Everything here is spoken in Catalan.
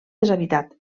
deshabitat